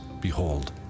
Behold